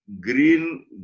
green